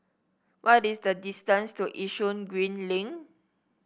what is the distance to Yishun Green Link